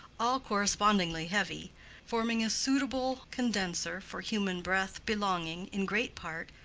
all correspondingly heavy forming a suitable condenser for human breath belonging, in great part,